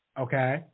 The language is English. Okay